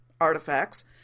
artifacts